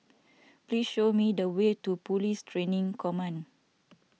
please show me the way to Police Training Command